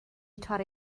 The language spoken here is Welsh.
torri